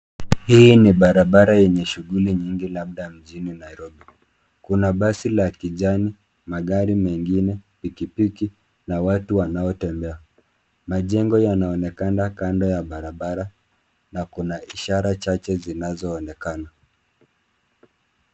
Hii ni barabara yenye shughuli nyingi labda mjini Nairobi .Kuna basi la kijani, magari mengine, pikipiki na watu wanao tembea. Majengo yanaonekana kando ya barabara, na kuna ishara chache zinazonekana .